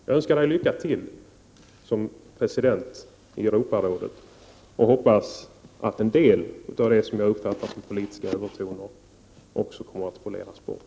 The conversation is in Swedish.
Jag önskar Anders Björck lycka till som president i Europarådet, och jag hoppas att en del av det i Anders Björcks arbetssätt som jag har uppfattat som politiska övertoner kommer att poleras bort.